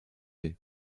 savez